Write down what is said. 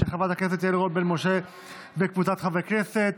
של חברת הכנסת יעל רון בן משה וקבוצת חברי הכנסת?